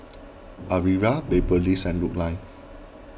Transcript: Aria Beverley and Lurline